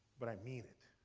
but i mean it.